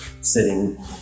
sitting